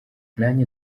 nanjye